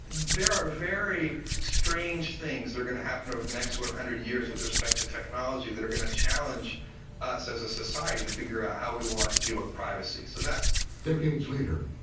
there are very strange things that are going to happen over the next one hundred years with respect to technology that are going to challenge us as a society to figure out how we want to deal with privacy. so narrator decades later,